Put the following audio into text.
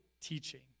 teaching